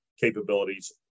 capabilities